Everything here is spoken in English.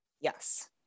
Yes